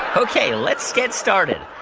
ah ok, let's get started.